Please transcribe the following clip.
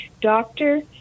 doctor